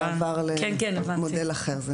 הוא עבר למודל אחר.